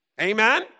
Amen